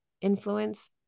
influence